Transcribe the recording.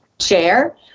chair